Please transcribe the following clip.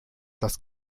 das